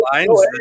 Lines